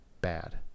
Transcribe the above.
bad